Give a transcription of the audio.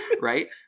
right